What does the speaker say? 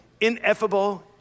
ineffable